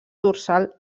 dorsal